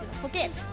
forget